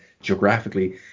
geographically